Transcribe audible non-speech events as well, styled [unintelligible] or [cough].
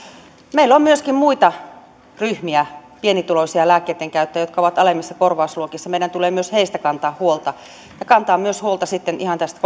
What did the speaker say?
meillä on myöskin muita ryhmiä pienituloisia lääkkeitten käyttäjiä jotka ovat alemmissa korvausluokissa ja meidän tulee myös heistä kantaa huolta ja kantaa huolta sitten myös ihan tästä [unintelligible]